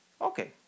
Okay